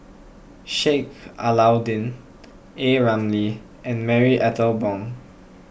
Sheik Alau'ddin A Ramli and Marie Ethel Bong